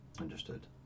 Understood